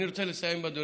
אני רוצה לסיים, אדוני.